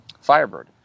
Firebird